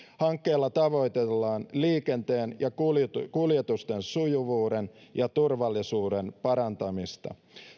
hankkeella tavoitellaan liikenteen ja kuljetusten kuljetusten sujuvuuden ja turvallisuuden parantamista